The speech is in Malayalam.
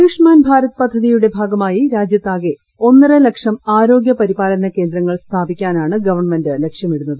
ആയുഷ്മാൻ ഭാരത് പദ്ധതിയുടെ ഭാഗമായി രാജ്യത്ത് ആകെ ഒന്നര ലക്ഷം ആരോഗ്യ പരിപാലന കേന്ദ്രങ്ങൾ സ്ഥാപിക്കാനാണ് ഗവൺമെന്റ് ലക്ഷ്യമിടുന്നത്